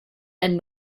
and